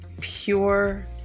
pure